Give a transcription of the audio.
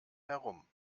herum